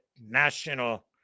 National